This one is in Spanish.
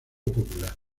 popular